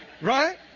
Right